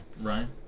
Ryan